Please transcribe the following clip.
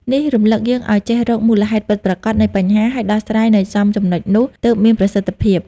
នេះរំលឹកយើងឲ្យចេះ រកមូលហេតុពិតប្រាកដ នៃបញ្ហា ហើយដោះស្រាយនៅចំចំណុចនោះ ទើបមានប្រសិទ្ធភាព។